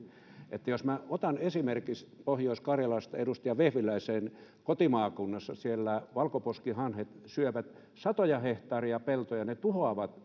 jos minä otan esimerkin pohjois karjalasta edustaja vehviläisen kotimaakunnasta siellä valkoposkihanhet syövät satoja hehtaareja peltoa ja ne tuhoavat